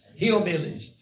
hillbillies